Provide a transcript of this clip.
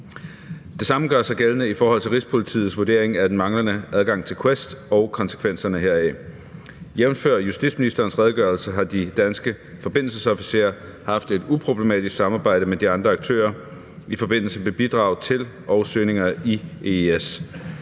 Det samme gør sig gældende i forhold til Rigspolitiets vurdering af den manglende adgang til QUEST og konsekvenserne heraf. Jævnfør justitsministerens redegørelse, har de danske forbindelsesofficerer haft et uproblematisk samarbejde med de andre aktører i forbindelse med bidrag til og søgninger i EIS;